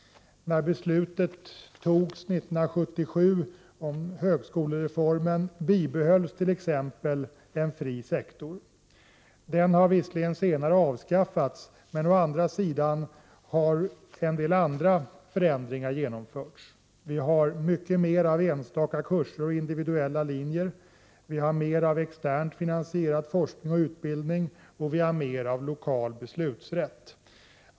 När beslutet fattades 1977 om högskolereformen bibehölls t.ex. en fri sektor. Den har visserligen senare avskaffats, men å andra sidan har en del andra förändringar genomförts. Det finns många fler enstaka kurser och individuella linjer, mer externt finansierad forskning och utbildning och mer lokal beslutanderätt.